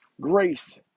grace